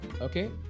Okay